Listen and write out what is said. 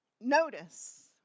Notice